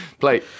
Play